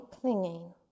clinging